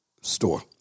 store